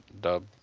dub